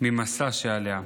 מהמשא שעליה.